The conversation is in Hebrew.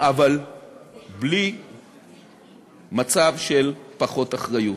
אבל בלי מצב של פחות אחריות.